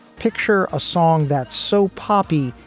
picture a song that's so poppy.